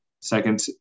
second